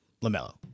LaMelo